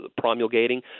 promulgating